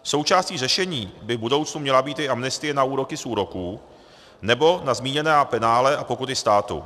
Součástí řešení by v budoucnu měla být i amnestie na úroky z úroků nebo na zmíněná penále a pokuty státu.